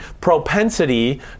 propensity